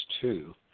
two